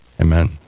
Amen